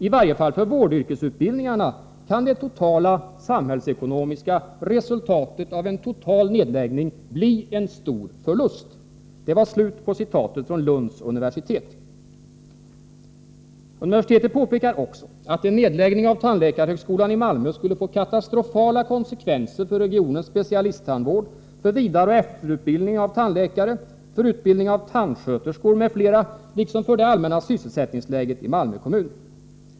I varje fall för vårdyrkesutbildningarna kan det totala samhällsekonomiska resultatet av en total nedläggning bli en stor förlust.” Lunds universitet påpekar också att en nedläggning av tandläkarhögskolan i Malmö skulle få katastrofala konsekvenser för regionens specialisttandvård, för vidareoch efterutbildning av tandläkare, för utbildning av tandsköterskor m.fl., liksom för det allmänna sysselsättningsläget i Malmö kommun.